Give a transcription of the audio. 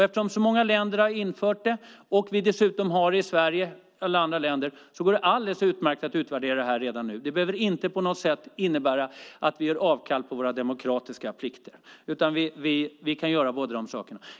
Eftersom så många länder har infört den och vi dessutom har den i Sverige går det alldeles utmärkt att utvärdera den redan nu. Det behöver inte på något sätt innebära att vi gör avkall på våra demokratiska plikter, utan det går att förena.